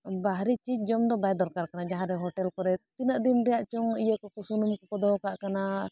ᱵᱟᱦᱨᱤ ᱪᱤᱡᱽ ᱡᱚᱢ ᱫᱚ ᱵᱟᱭ ᱫᱚᱨᱠᱟᱨ ᱠᱟᱱᱟ ᱡᱟᱦᱟᱸᱨᱮ ᱦᱳᱴᱮᱞ ᱠᱚᱨᱮ ᱛᱤᱱᱟᱹᱜ ᱫᱤᱱ ᱨᱮᱭᱟᱜ ᱪᱚᱝ ᱤᱭᱟᱹ ᱠᱚᱠᱚ ᱥᱩᱱᱩᱢ ᱠᱚᱠᱚ ᱫᱚᱦᱚ ᱠᱟᱜ ᱠᱟᱱᱟ